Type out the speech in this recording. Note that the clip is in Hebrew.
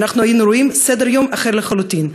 אנחנו היינו רואים סדר-יום אחר לחלוטין.